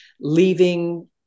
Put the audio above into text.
leaving